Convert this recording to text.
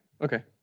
okay